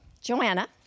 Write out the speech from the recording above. Joanna